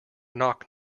knock